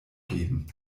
geben